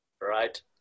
right